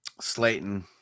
Slayton